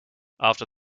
after